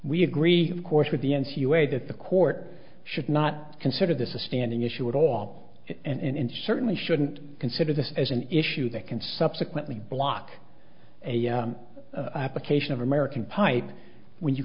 we agree course with the n c u a that the court should not consider this a standing issue at all and certainly shouldn't consider this as an issue that can subsequently block a application of american pipe when you